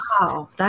Wow